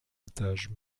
étage